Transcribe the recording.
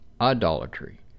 idolatry